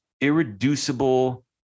irreducible